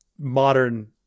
modern